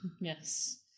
Yes